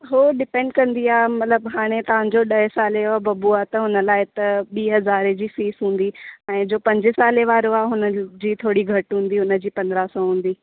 हो डिपेंड कंदी आहे मतिलबु हाणे तव्हांजो ॾह साले जो बब्बू आहे त हुन लाइ त ॿी हज़ारे जी फ़ीस हूंदी ऐं जो पंजे साले वारो आहे हुनजी थोरी घटि हूंदी हुनजी पंद्रहं सौ हूंदी